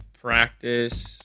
Practice